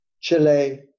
Chile